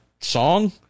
song